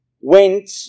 went